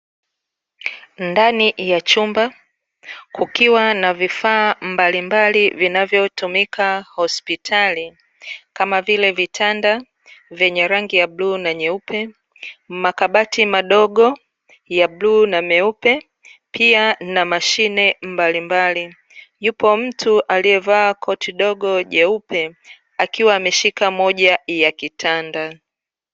Ndani ya chumba, kukiwa na vifaa mbalimbali vinavyotumika hospitali, kama vile vitanda vyenye rangi ya bluu na nyeupe, makabati madogo ya bluu na meupe, pia na mashine mbalimbali. Yupo mtu alievaa koti dogo jeupe kiwa ameshika moja ya kitanda.